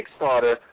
Kickstarter